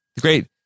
great